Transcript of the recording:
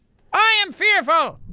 i am fearful!